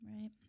Right